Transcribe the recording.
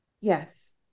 yes